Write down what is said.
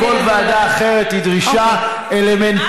או לכל ועדה אחרת היא דרישה אלמנטרית